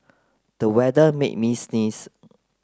the weather made me sneeze